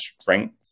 strength